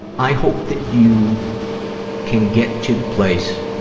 i hope that you can get to the place